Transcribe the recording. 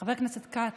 חבר הכנסת כץ,